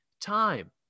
time